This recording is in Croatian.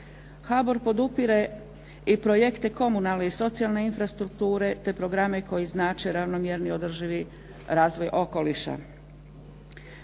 HBOR podupire i projekte komunalne i socijalne infrastrukture te programe koji znače ravnomjerniji i održivi razvoj okoliša.